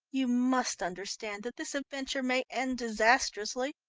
you must understand that this adventure may end disastrously.